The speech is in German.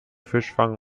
fischfang